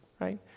right